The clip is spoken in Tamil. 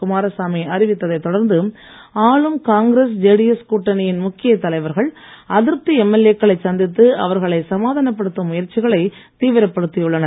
குமாரசாமி அறிவித்ததைத் தொடர்ந்து ஆளும் காங்கிரஸ் ஜேடிஎஸ் கூட்டணியின் முக்கிய தலைவர்கள் அதிருப்தி எம்எல்ஏக்களை சந்தித்து அவர்களை சமாதானப்படுத்தும் முயற்சிகளை தீவிரப்படுத்தியுள்ளனர்